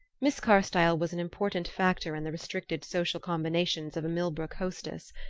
miss carstyle was an important factor in the restricted social combinations of a millbrook hostess.